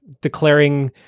declaring